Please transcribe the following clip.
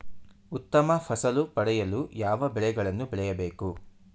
ಉತ್ತಮ ಫಸಲು ಪಡೆಯಲು ಯಾವ ಬೆಳೆಗಳನ್ನು ಬೆಳೆಯಬೇಕು?